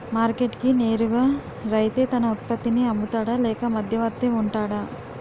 Market కి నేరుగా రైతే తన ఉత్పత్తి నీ అమ్ముతాడ లేక మధ్యవర్తి వుంటాడా?